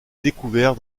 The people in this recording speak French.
découvert